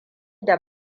da